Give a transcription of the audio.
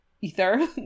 ether